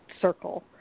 circle